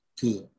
good